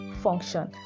function